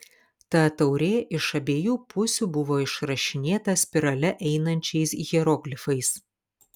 ta taurė iš abiejų pusių buvo išrašinėta spirale einančiais hieroglifais